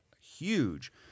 huge